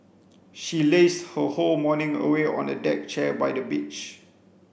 she lazed her whole morning away on a deck chair by the beach